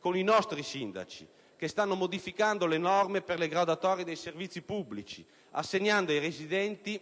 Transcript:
con i nostri sindaci, che stanno modificando le norme per le graduatorie dei servizi pubblici, assegnando ai residenti